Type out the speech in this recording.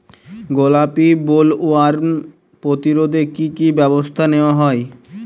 গোলাপী বোলওয়ার্ম প্রতিরোধে কী কী ব্যবস্থা নেওয়া হয়?